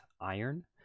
Iron